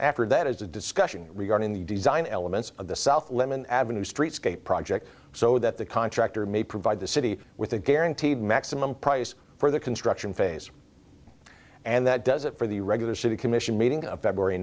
after that as a discussion regarding the design elements of the south lemon avenue streetscape project so that the contractor may provide the city with a guaranteed maximum price for the construction phase and that does it for the regular city commission meeting of february